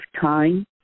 time